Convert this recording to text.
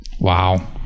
wow